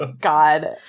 God